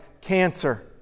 cancer